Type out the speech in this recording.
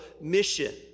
mission